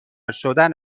شدن